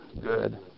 good